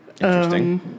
Interesting